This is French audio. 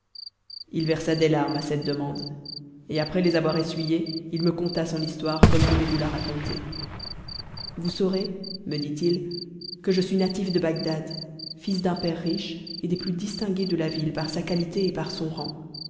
il versa des larmes à cette demande et après les avoir essuyées il me conta son histoire comme je vais vous la raconter vous saurez me dit-il que je suis natif de bagdad fils d'un père riche et des plus distingués de la ville par sa qualité et par son rang